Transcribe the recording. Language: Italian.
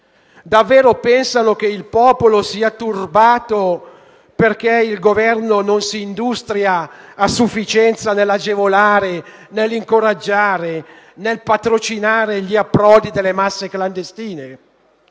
Davvero pensano che il popolo sia turbato perché il Governo non si industria a sufficienza nell'agevolare, incoraggiare e patrocinare gli approdi delle masse clandestine?